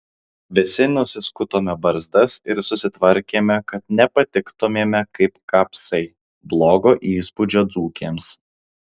visi nusiskutome barzdas ir susitvarkėme kad nepatiktumėme kaip kapsai blogo įspūdžio dzūkėms